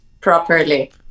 properly